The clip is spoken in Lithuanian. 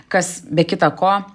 kas be kita ko